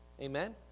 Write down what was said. Amen